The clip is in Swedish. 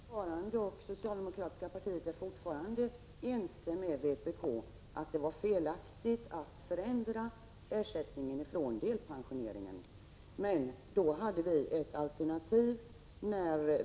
Herr talman! Jag och socialdemokratiska partiet är fortfarande ense med vpk om att det var felaktigt att förändra delpensionsnivån, men när vi motsatte oss sänkningen hade vi ett alternativ.